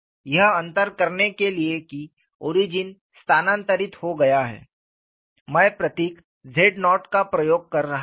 यह अंतर करने के लिए कि ओरिजिन स्थानांतरित हो गया है मैं प्रतीक z0 का उपयोग कर रहा हूं